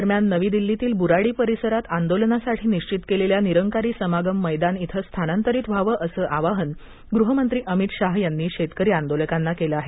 दरम्यान नवी दिल्लीतील बुराडी परिसरात आंदोलनासाठी निश्चित केलेल्या निरंकारी समागम मैदान इथं स्थानांतरीत व्हावं असं आवाहन गृहमंत्री अमित शाह यांनी शेतकरी आंदोलकांना केलं आहे